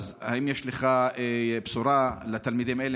האם יש לך בשורה לתלמידים האלה,